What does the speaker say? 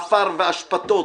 עפר ואשפתות